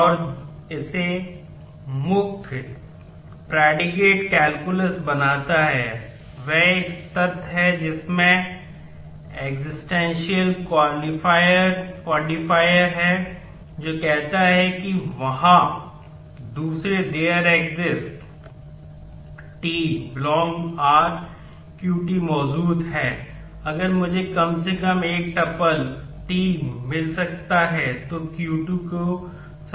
और जो इसे मुख्य रूप प्रेडीकेट कैलकुलस को संतुष्ट करता है